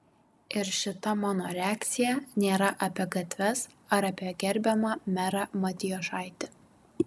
ir šita mano reakcija nėra apie gatves ar apie gerbiamą merą matijošaitį